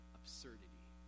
absurdity